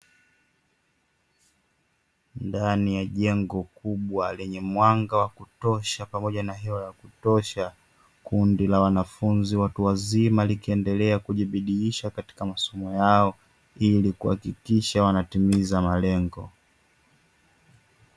Ndani ya jengo kubwa lenye mwanga wa kutosha pamoja na hewa ya kutosha. Kundi la wanafunzi watu wazima likiendelea kujibidiisha katika masomo yao ili kuhakikisha wanatimiza malengo.